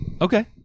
Okay